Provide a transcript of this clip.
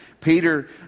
Peter